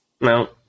No